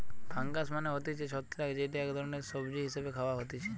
fungus মানে হতিছে ছত্রাক যেইটা এক ধরণের সবজি হিসেবে খাওয়া হতিছে